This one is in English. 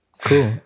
Cool